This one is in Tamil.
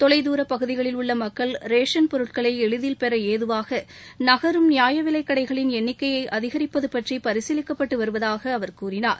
தொலைதூர பகுதிகளில் உள்ள மக்கள் ரேஷன் பொருட்களை எளிதில் பெற ஏதுவாக நகரும் நியாய விலைக் கடைகளின் எண்ணிக்கையை அதிகரிப்பது பற்றி பரிசீலிக்கப்பட்டு வருவதாக அவர் கூறினார்